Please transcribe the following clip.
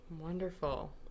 wonderful